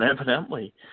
evidently